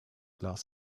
glasses